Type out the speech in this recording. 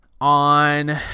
on